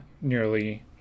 nearly